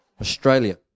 Australia